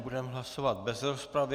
Budeme hlasovat bez rozpravy.